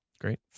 Great